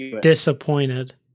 disappointed